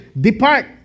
Depart